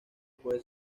puede